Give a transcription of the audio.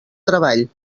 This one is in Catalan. treball